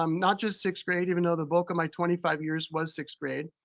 um not just sixth grade, even though the bulk of my twenty five years was sixth grade,